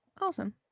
Awesome